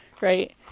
right